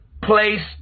place